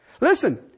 listen